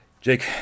Jake